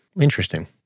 interesting